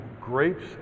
grapes